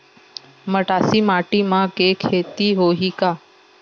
मटासी माटी म के खेती होही का?